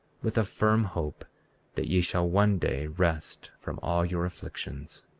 with a firm hope that ye shall one day rest from all your afflictions.